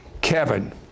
Kevin